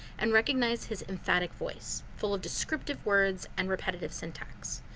and recognize his emphatic voice full of descriptive words and repetitive syntax.